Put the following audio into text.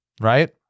Right